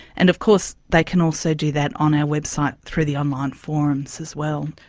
and of course they can also do that on our website through the online forums as well.